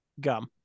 Gum